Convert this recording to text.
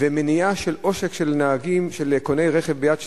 ומניעה של עושק של נהגים וקוני רכב יד שנייה,